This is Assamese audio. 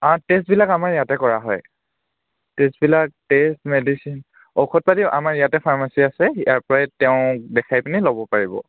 টেষ্টবিলাক আমাৰ ইয়াতে কৰা হয় টেষ্টবিলাক টেষ্ট মেডিচিন ঔষধ পাতি আমাৰ ইয়াতে ফাৰ্মাচী আছে ইয়াৰ পৰাই তেওঁক দেখাই পিনি ল'ব পাৰিব